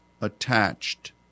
attached